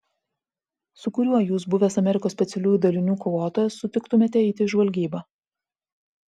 su kuriuo jūs buvęs amerikos specialiųjų dalinių kovotojas sutiktumėte eiti į žvalgybą